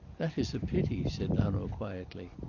that is a pity, said hanaud quietly,